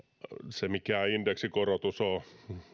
se mikään indeksikorotus ole